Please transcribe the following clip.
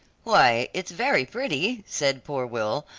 why, it's very pretty, said poor will,